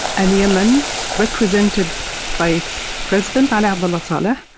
and yemen represented by its president, ali abdullah saleh,